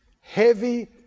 Heavy